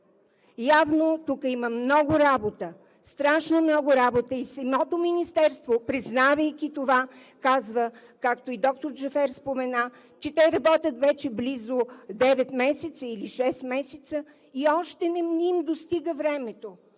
Явно тук има много работа, страшно много работа и самото министерство, признавайки това, казва – както и доктор Джафер спомена, че те работят вече близо девет месеца или шест месеца и още не им достига времето.